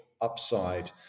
upside